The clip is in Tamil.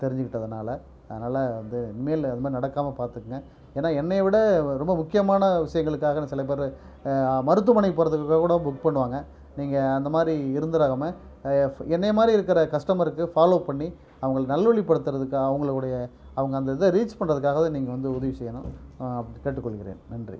தெரிஞ்சிக்கிட்டதுனால் அதனால் வந்து இனிமேல் அதுமாதிரி நடக்காமல் பார்த்துக்குங்க ஏன்னா என்னையை விட ரொம்ப முக்கியமான விஷயங்களுக்காக சில பேர் மருத்துவமனைக்கு போகிறதுக்கு கூட புக் பண்ணுவாங்க நீங்கள் அந்தமாதிரி இருந்துறாகம எஃப் என்னையை மாதிரி இருக்கிற கஷ்டமருக்கு ஃபாலோ பண்ணி அவங்கள நல்வழிப்படுத்துறதுக்கு அவங்களுடைய அவங்க அந்த இதை ரீச் பண்ணுறதுக்காகவே நீங்கள் வந்து உதவி செய்யணும் அப்படி கேட்டுக்கொள்கிறேன் நன்றி